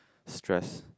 stress